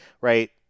right